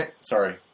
Sorry